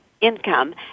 Income